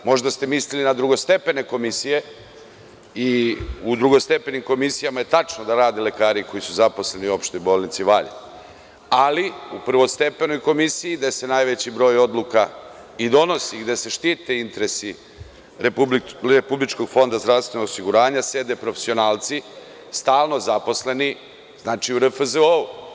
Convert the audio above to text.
Možda ste mislili na drugostepene komisije i u drugostepenim komisijama je tačno da rade lekari koji su zaposleni u opštoj bolnici u Valjevu, ali u prvostepenoj komisiji, gde se najveći broj odluka donosi, gde se štite interesi RFZO sede profesionalci, stalno zaposleni u RFZO.